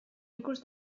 ikus